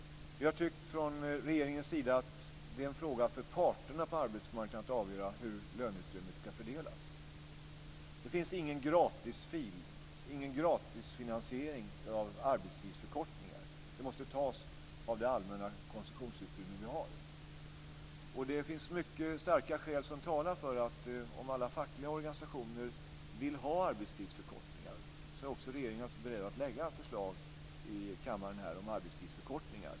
Vi har från regeringens sida tyckt att det är en fråga för parterna på arbetsmarknaden att avgöra hur löneutrymmet ska fördelas. Det finns ingen gratisfil, ingen gratisfinansiering, av arbetstidsförkortningar. Det måste tas av det allmänna konsumtionsutrymme vi har. Det finns mycket starka skäl som talar för att om alla fackliga organisationer vill ha arbetstidsförkortningar är också regeringen beredd att lägga fram förslag i kammaren om arbetstidsförkortningar.